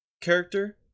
character